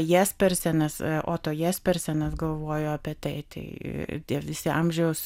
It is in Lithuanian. jaspersenas oto jaspersenas galvojo apie tai tai visi amžiaus